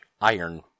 Iron